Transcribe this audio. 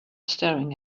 staring